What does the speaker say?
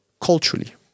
culturally